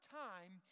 time